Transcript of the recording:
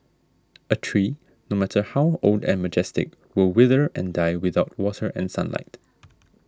a tree no matter how old and majestic will wither and die without water and sunlight